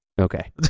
Okay